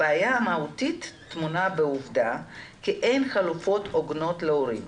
הבעיה המהותית טמונה בעובדה כי אין חלופות הוגנות להורים.